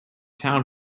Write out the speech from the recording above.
town